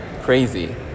crazy